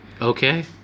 Okay